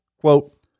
quote